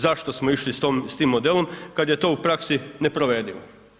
Zašto smo išli s tim modelom, kad je to u praksi neprovedivo?